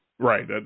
Right